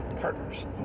partners